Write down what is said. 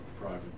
private